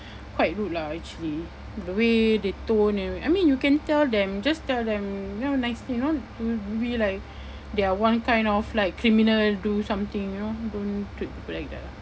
quite rude lah actually the way they tone and I mean you can tell them just tell them you know nicely you know maybe like they're one kind of like criminal do something you know don't treat people like that lah